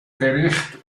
gericht